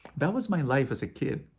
that was my life as a kid.